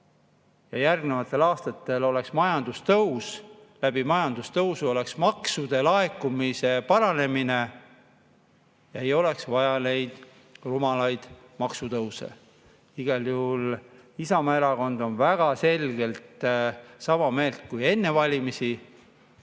järgmistel aastatel oleks majandustõus. Majandustõusuga paraneks maksude laekumine ja ei oleks vaja neid rumalaid maksutõuse. Igal juhul Isamaa Erakond on väga selgelt sama meelt kui enne valimisi: